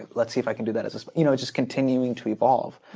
let's see if i can do that just you know just continuing to evolve.